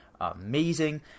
amazing